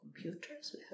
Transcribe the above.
computers